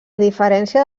diferència